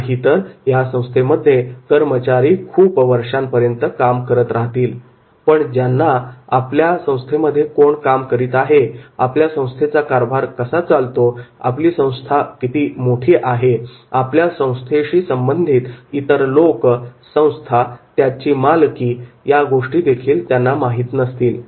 नाहीतर त्या संस्थेमध्ये कर्मचारी खूप वर्षांपर्यंत काम करत राहतील पण त्यांना आपल्या संस्थेमध्ये कोण काम करीत आहे आपल्या संस्थेचा कारभार कसा चालतो आपली संस्था किती मोठी आहे आपल्या संस्थेशी संबंधित इतर लोक संस्था त्याची मालकी या गोष्टीदेखील त्याला माहीत नसतील